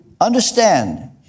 understand